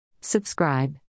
Subscribe